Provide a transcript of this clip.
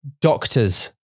Doctors